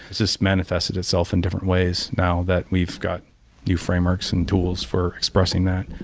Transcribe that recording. it just manifested itself in different ways, now that we've got new frameworks and tools for expressing that.